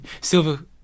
Silver